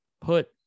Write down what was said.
put